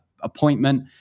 appointment